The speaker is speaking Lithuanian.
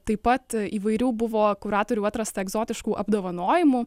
taip pat įvairių buvo kuratorių atrasta egzotiškų apdovanojimų